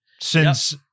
since-